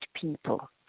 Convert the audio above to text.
people